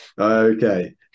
Okay